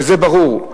וזה ברור.